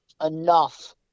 enough